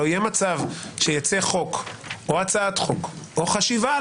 לא יהיה מצב שיצא חוק או הצעת חוק או חשיבה על